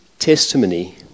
testimony